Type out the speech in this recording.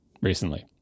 recently